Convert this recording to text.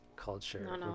culture